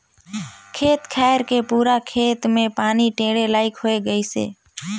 खेत खायर के पूरा खेत मे पानी टेंड़े लईक होए गइसे